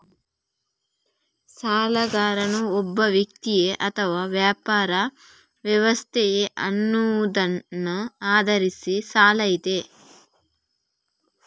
ಸಾಲಗಾರನು ಒಬ್ಬ ವ್ಯಕ್ತಿಯೇ ಅಥವಾ ವ್ಯಾಪಾರ ವ್ಯವಸ್ಥೆಯೇ ಅನ್ನುವುದನ್ನ ಆಧರಿಸಿ ಸಾಲ ಇದೆ